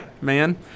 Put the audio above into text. man